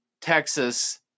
Texas